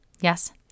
Yes